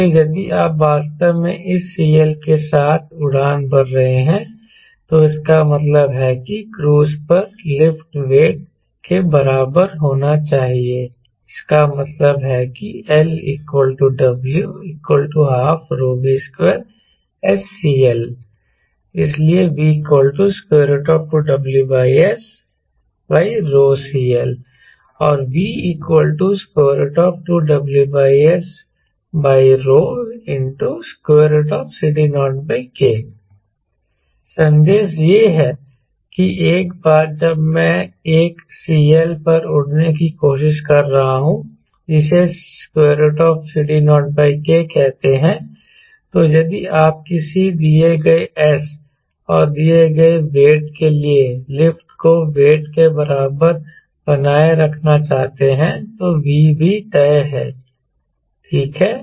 इसलिए यदि आप वास्तव में इस CL के साथ उड़ान भर रहे हैं तो इसका मतलब है कि क्रूज पर लिफ्ट वेट के बराबर होना चाहिए इसका मतलब है कि L W 12ρ V2 SCL इसलिए V 2 WSρ CL और V 2 WSρ CD0K संदेश यह है की एक बार जब मैं एक CL पर उड़ने की कोशिश कर रहा हूं जिसे CD0K कहते हैं तो यदि आप किसी दिए गए S और दिए गए वेट के लिए लिफ्ट को वेट के बराबर बनाए रखना चाहते हैं तो V भी तय है ठीक है